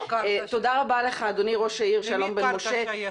תודה רבה לך אדוני ראש העיר שלום בן משה.